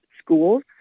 schools